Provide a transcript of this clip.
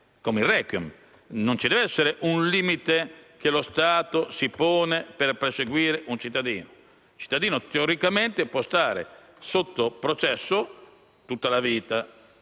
come il *requiem*: non ci deve essere un limite che lo Stato si pone per perseguire un cittadino. Il cittadino teoricamente può stare sotto processo tutta la vita.